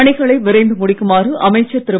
பணிகளை விரைந்து முடிக்குமாறு அமைச்சர் திரு